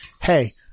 hey-